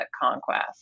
conquest